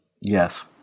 Yes